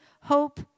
hope